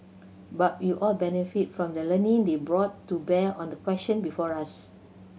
but we all benefited from the learning they brought to bear on the question before us